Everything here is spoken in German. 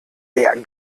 mehr